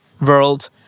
world